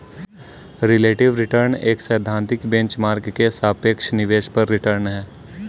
relative return एक सैद्धांतिक benchmark के सापेक्ष निवेश पर रिटर्न है